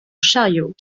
chariot